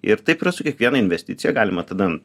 ir taip yra su kiekviena investicija galima tada